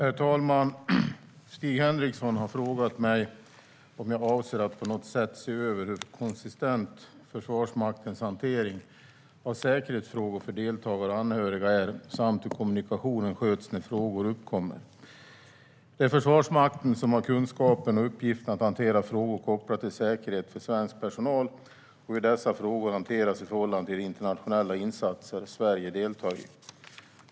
Herr talman! Stig Henriksson har frågat mig om jag avser att på något sätt se över hur konsistent Försvarsmaktens hantering av säkerhetsfrågor för deltagare och anhöriga är samt hur kommunikationen sköts när frågor uppkommer. Det är Försvarsmakten som har kunskapen och uppgiften att hantera frågor kopplade till säkerhet för svensk personal och hur dessa frågor hanteras i förhållande till de internationella insatser Sverige deltar i.